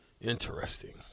Interesting